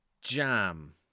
Jam